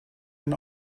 and